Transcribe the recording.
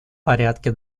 порядке